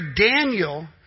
Daniel